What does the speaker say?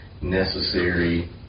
necessary